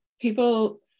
People